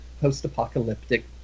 post-apocalyptic